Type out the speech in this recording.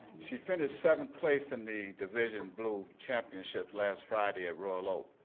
she finished seventh place in the division blue championship last friday at royal oak,